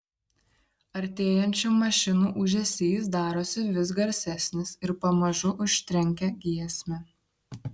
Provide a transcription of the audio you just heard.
artėjančių mašinų ūžesys darosi vis garsesnis ir pamažu užtrenkia giesmę